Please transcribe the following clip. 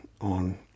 on